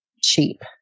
cheap